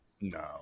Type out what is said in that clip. No